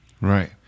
Right